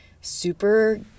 super